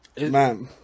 man